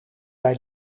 bij